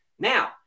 Now